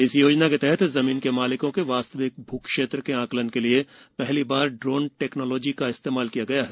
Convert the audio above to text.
इस योजना के तहत जमीन के मालिकों के वास्तविक भू क्षेत्र के आकलन के लिए हली बार ड्रोन टेक्नोलॉजी का इस्तेमाल किया गया है